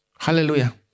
Hallelujah